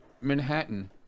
Manhattan